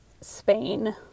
Spain